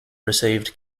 received